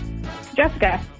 Jessica